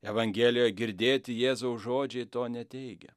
evangelioje girdėti jėzaus žodžiai to neteigia